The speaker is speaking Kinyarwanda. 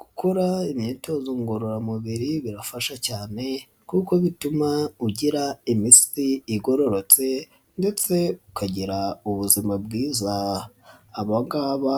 Gukora imyitozo ngororamubiri birafasha cyane kuko bituma ugira imitsi igororotse ndetse ukagira ubuzima bwiza, aba ngaba